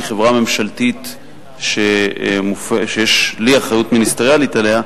שהיא חברה ממשלתית שיש לי אחריות מיניסטריאלית לה,